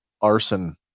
arson